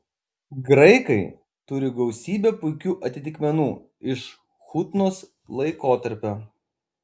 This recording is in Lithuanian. graikai turi gausybę puikių atitikmenų iš chuntos laikotarpio